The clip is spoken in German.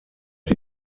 sie